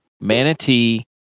Manatee